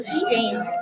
strange